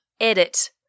edit